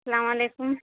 سلام علیکم